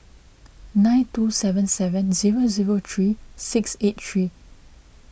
nine two seven seven zero zero three six eight three